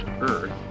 Earth